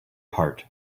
heart